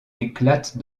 éclatent